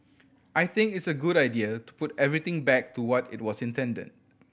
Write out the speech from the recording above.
I think it's a good idea to put everything back to what it was intended